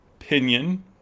opinion